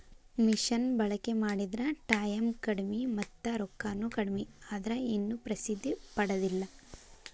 ಮಿಷನ ಬಳಕಿ ಮಾಡಿದ್ರ ಟಾಯಮ್ ಕಡಮಿ ಮತ್ತ ರೊಕ್ಕಾನು ಕಡಮಿ ಆದ್ರ ಇನ್ನು ಪ್ರಸಿದ್ದಿ ಪಡದಿಲ್ಲಾ